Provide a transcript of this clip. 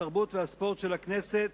התרבות והספורט של הכנסת